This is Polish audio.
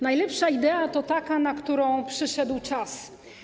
Najlepsza idea to taka, na którą przyszedł czas.